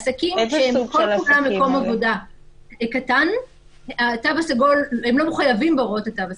עסקים שהם --- מקום עבודה קטן לא מחויבים בהוראות התו הסגול.